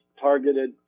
targeted